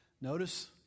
Notice